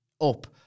up